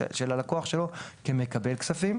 הלקוח שלו, כמי שמקבל כספים.